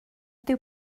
dyw